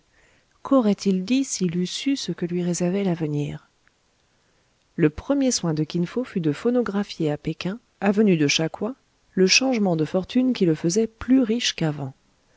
qu'aurait-il dit s'il eût su ce que lui réservait l'avenir le premier soin de kin fo fut de phonographier à péking avenue de cha coua le changement de fortune qui le faisait plus riche qu'avant